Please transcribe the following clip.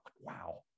Wow